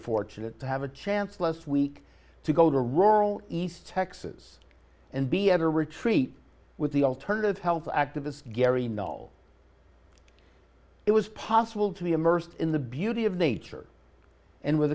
fortunate to have a chance last week to go to rural east texas and be at a retreat with the alternative health activist gary null it was possible to be immersed in the beauty of nature and with